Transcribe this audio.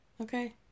Okay